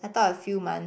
I thought a few month